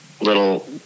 little